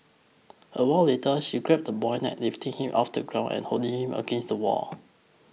a while later she grabbed the boy's neck lifting him off the ground and holding him up against the wall